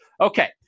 Okay